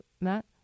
Matt